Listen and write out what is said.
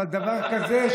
אבל בדבר כזה,